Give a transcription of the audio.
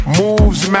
moves